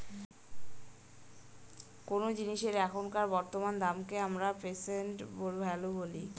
কোনো জিনিসের এখনকার বর্তমান দামকে আমরা প্রেসেন্ট ভ্যালু বলি